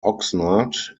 oxnard